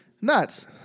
Nuts